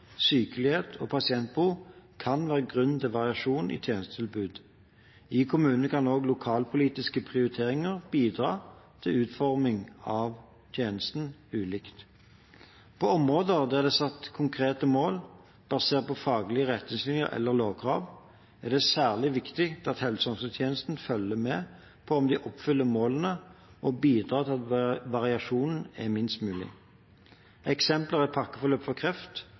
sykelighet og pasientbehov kan være grunn til variasjon i tjenestetilbudet. I kommunene kan også lokalpolitiske prioriteringer bidra til ulik utforming av tjenestene. På områder der det er satt konkrete mål basert på faglige retningslinjer eller lovkrav, er det særlig viktig at helse- og omsorgstjenestene følger med på om de oppfyller målene og bidrar til at variasjonen er minst mulig. Eksempler er pakkeforløp for kreft